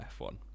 F1